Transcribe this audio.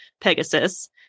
Pegasus